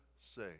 say